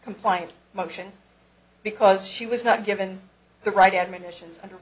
compliant motion because she was not given the right admonitions under